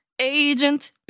agent